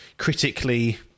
critically